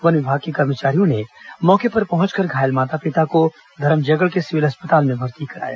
one विभाग के कर्मचारियों ने मौके पर पहुंचकर घायल माता पिता को धरमजयगढ़ के सिविल अस्पताल में भर्ती कराया